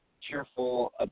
cheerful